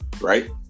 right